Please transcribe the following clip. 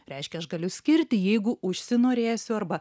reiškia aš galiu skirti jeigu užsinorėsiu arba